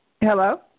Hello